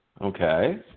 Okay